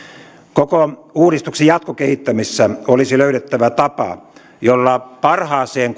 koko uudistuksen jatkokehittämisessä olisi löydettävä tapa jolla parhaaseen